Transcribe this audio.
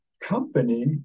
company